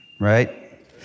right